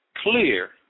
clear